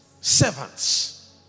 servants